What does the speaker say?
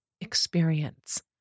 experience